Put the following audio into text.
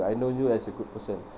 I know you as a good person